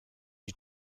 you